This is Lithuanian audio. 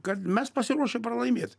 kad mes pasiruošę pralaimėt